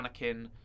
Anakin